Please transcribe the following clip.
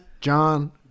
John